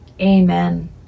amen